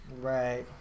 Right